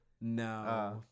No